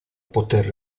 poter